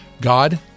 God